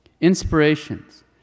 Inspirations